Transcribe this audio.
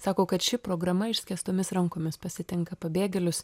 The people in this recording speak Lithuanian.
sako kad ši programa išskėstomis rankomis pasitinka pabėgėlius